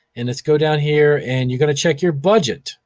and, let's go down here and you're gonna check your budget,